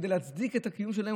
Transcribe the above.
כדי להצדיק את הקיום שלהם,